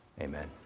Amen